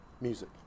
music